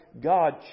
God